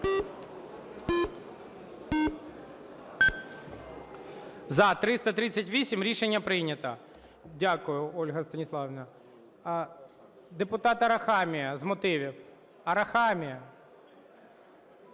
За-338 Рішення прийнято. Дякую, Ольга Станіславівна. Депутат Арахамія з мотивів. Арахамія.